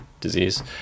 disease